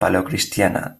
paleocristiana